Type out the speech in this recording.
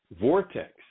Vortex